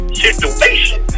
situation